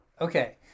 Okay